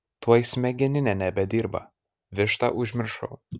tuoj smegeninė nebedirba vištą užmiršau